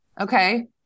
Okay